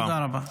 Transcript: תודה רבה.